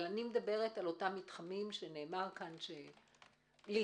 אבל אני מדברת על המתחמים שנאמר כאן שלכאורה,